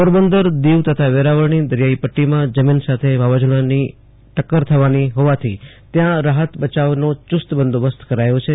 પોરબંદર દિવ તથા વેરાવળની દરિયાઈ પટ્ટીમાં જમીન સાથે વાવાઝોડાની ટક્કર થવાની હોવાથી ત્યાં રાહત બચાવનો ચૂસ્ત બંદોબસ્ત કરાયો છે